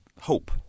hope